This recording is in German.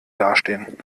dastehen